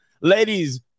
ladies